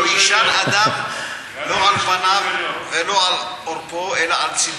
לא יישן אדם לא על פניו ולא על עורפו אלא על צדו.